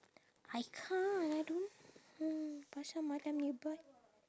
I can't I don't know pasar malam nearby